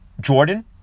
Jordan